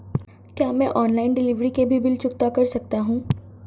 क्या मैं online delivery के भी बिल चुकता कर सकता हूँ?